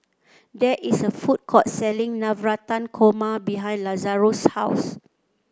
there is a food court selling Navratan Korma behind Lazaro's house